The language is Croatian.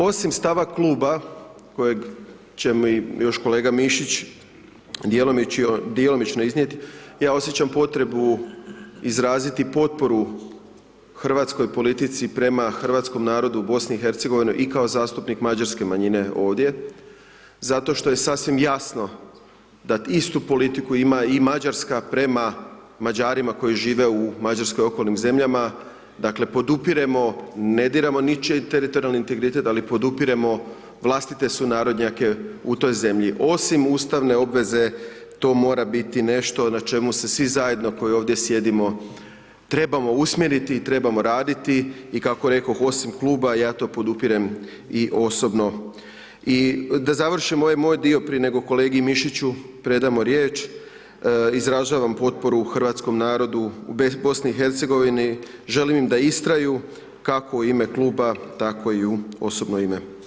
Osim stava kluba kojeg će mi još kolega Mišić djelomično iznijeti, ja osjećam potrebu izraziti potporu hrvatskoj politici prema hrvatskom narodu u BiH i kao zastupnik mađarske manjine ovdje, zato što je sasvim jasno da istu politiku ima i Mađarska prema Mađarima koji žive u Mađarskoj i okolnim zemljama, dakle, podupiremo, ne diramo ničiji teritorijalni integritet, ali podupiremo vlastite sunarodnjake u toj zemlji, osim ustavne obveze, to mora biti nešto na čemu se svi zajedno, koji ovdje sjedimo, trebamo usmjeriti i trebamo raditi i kako rekoh, osim kluba, ja to podupirem i osobno i da završim ovaj moj dio prije nego kolegi Mišiću predamo riječ, izražavam potporu hrvatskom narodu u BiH, želim im da istraju, kako u ime kluba, tako i u osobno ime.